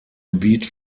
gebiet